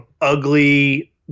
ugly